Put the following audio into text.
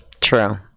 True